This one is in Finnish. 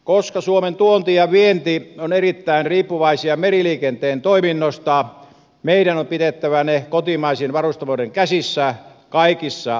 koska suomen tuonti ja vienti ovat erittäin riippuvaisia meriliikenteen toiminnasta meidän on pidettävä ne kotimaisten varustamoiden käsissä kaikissa olosuhteissa